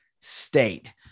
State